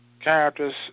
character's